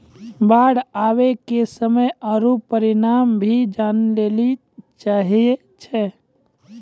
बाढ़ आवे के समय आरु परिमाण भी जाने लेली चाहेय छैय?